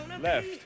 left